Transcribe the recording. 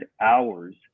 hours